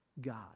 God